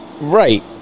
Right